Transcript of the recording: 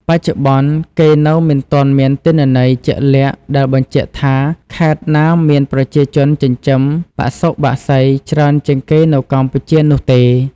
បច្ចុប្បន្ន គេនៅមិនទាន់មានទិន្នន័យជាក់លាក់ដែលបញ្ជាក់ថាខេត្តណាមានប្រជាជនចិញ្ចឹមបសុបក្សីច្រើនជាងគេនៅកម្ពុជានោះទេ។